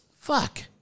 Fuck